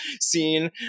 scene